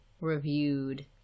reviewed